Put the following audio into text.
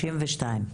32 ₪?